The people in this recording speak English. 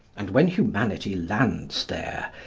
and when humanity lands there,